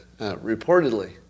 Reportedly